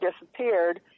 disappeared